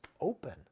open